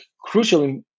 crucial